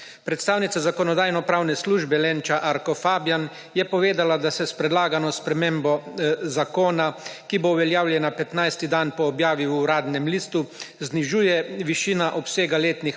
Predstavnica Zakonodajno-pravne službe Lenča Arko Fabjan je povedala, da se s predlagano spremembo zakona, ki bo uveljavljena 15. dan po objavi v Uradnem listu, znižuje višina obsega letnih